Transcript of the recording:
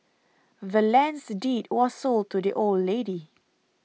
the land's deed was sold to the old lady